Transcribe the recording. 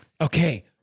Okay